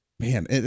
Man